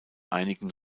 einigen